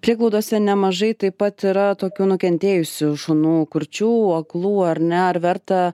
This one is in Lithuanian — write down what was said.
prieglaudose nemažai taip pat yra tokių nukentėjusių šunų kurčių aklų ar ne ar verta